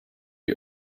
die